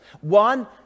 One